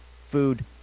food